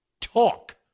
Talk